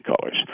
colors